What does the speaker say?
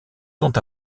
sont